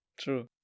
True